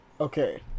okay